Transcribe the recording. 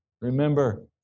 Remember